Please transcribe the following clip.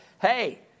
Hey